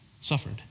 suffered